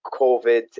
COVID